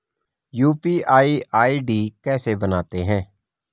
UPI ID कैसे बनाते हैं?